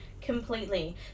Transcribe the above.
completely